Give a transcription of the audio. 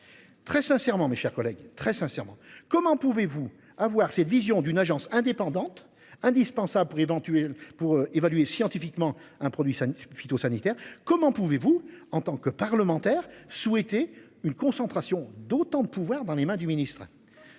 Très sincèrement, mes chers collègues, très sincèrement, comment pouvez-vous avoir cette vision d'une agence indépendante indispensable pour éventuelle pour évaluer scientifiquement un produit ça phytosanitaires. Comment pouvez-vous en tant que parlementaire souhaiter une concentration d'autant de pouvoirs dans les mains du ministre.